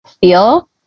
feel